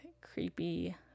creepy